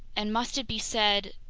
and must it be said?